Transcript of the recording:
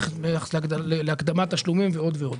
הן ביחס להקדמת תשלומים ועוד ועוד.